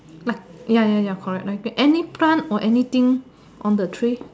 lah ya ya ya correct like that any plant or anything on the tree